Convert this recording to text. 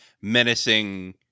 menacing